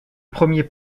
premier